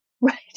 Right